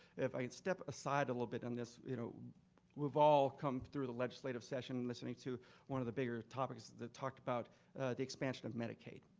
if i step aside a little bit, and you know we've all come through the legislative session listening to one of the bigger topics that talked about the expansion of medicaid.